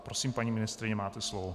Prosím, paní ministryně, máte slovo.